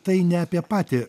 tai ne apie patį